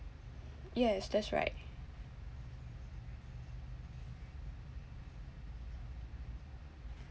yes that's right